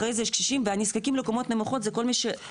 אחרי זה יש קשישים והנזקקים לקומות נמוכות זה כל מי שנכה.